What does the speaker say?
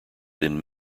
than